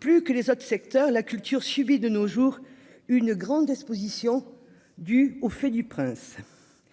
plus que les autres secteurs, la culture subit de nos jours, une grande Exposition due au fait du prince,